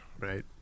right